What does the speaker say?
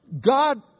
God